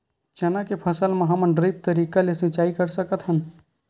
चना के फसल म का हमन ड्रिप तरीका ले सिचाई कर सकत हन?